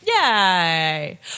Yay